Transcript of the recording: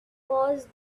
was